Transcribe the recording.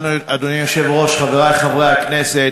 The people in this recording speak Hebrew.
אדוני היושב-ראש, תודה, חברי חברי הכנסת,